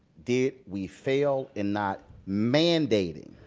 did we fail in not mandating,